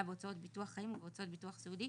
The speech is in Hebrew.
בהוצאות ביטוח חיים ובהוצאות ביטוח סיעודי